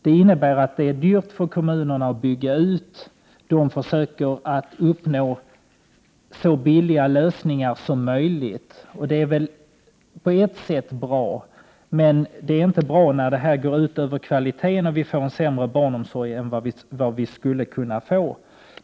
Det innebär att det är dyrt för kommunerna att bygga ut barnomsorgen. De försöker därför uppnå så billiga lösningar som möjligt, vilket på ett sätt är bra, men det är inte bra när det går ut över kvaliteten, så att barnomsorgen blir sämre än den skulle kunna vara.